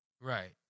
Right